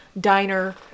diner